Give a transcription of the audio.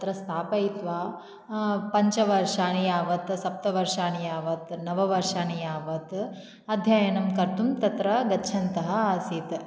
तत्र स्थापयित्वा पञ्चवर्षानि यावत् सप्तवर्षानि यावत् नववर्षानि यावत् अध्ययनं कर्तुं तत्र गच्छन्तः आसीत्